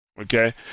Okay